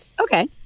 Okay